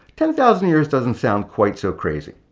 ten thousand years doesn't sound quite so crazy.